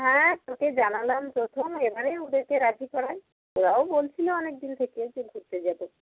হ্যাঁ তোকেই জানালাম প্রথম এবারে ওদেরকে রাজি করাই ওরাও বলছিল অনেকদিন থেকে যে ঘুরতে যেতে